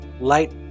light